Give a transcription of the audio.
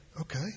okay